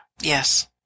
Yes